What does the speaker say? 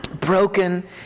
broken